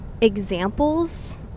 examples